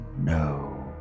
no